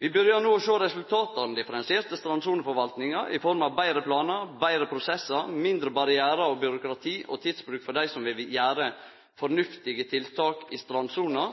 Vi byrjar no å sjå resultat av den differensierte strandsoneforvaltinga i form av betre planar, betre prosessar, mindre barrierar og byråkrati og tidsbruk for dei som vil gjere fornuftige tiltak i strandsona,